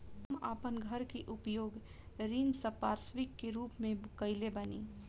हम आपन घर के उपयोग ऋण संपार्श्विक के रूप में कइले बानी